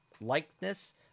likeness